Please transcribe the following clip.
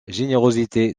générosité